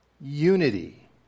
unity